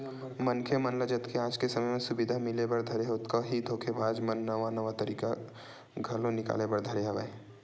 मनखे मन ल जतके आज के समे म सुबिधा मिले बर धरे हे ओतका ही धोखेबाज मन नवा नवा तरकीब घलो निकाले बर धरे हवय